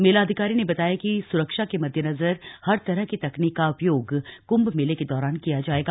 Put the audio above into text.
मेला अधिकारी ने बताया कि सुरक्षा के मद्देनजर हर तरह की तकनीक का उपयोग कुंभ मेले के दौरान किया जाएगा